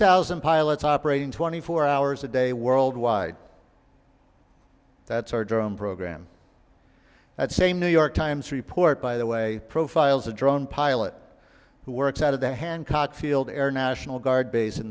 thousand pilots operating twenty four hours a day worldwide that's our drone program that's a new york times report by the way profiles a drone pilot who works out of the hancock field air national guard base in